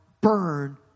burn